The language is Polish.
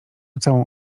całą